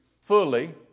fully